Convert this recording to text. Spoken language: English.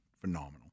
phenomenal